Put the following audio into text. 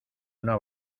una